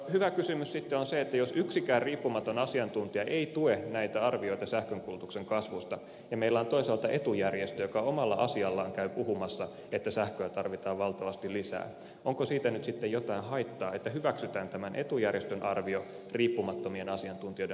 hyvä kysymys sitten on se että jos yksikään riippumaton asiantuntija ei tue näitä arvioita sähkönkulutuksen kasvusta ja meillä on toisaalta etujärjestö joka omalla asiallaan käy puhumassa että sähköä tarvitaan valtavasti lisää onko siitä nyt sitten jotain haittaa että hyväksytään tämän etujärjestön arvio riippumattomien asiantuntijoiden arvion sijaan